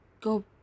go